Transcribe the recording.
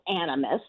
animus